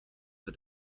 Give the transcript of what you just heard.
for